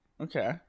Okay